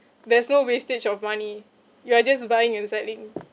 there's no wastage of money you are just buying and selling